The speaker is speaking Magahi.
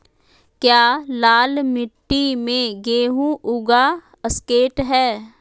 क्या लाल मिट्टी में गेंहु उगा स्केट है?